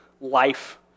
life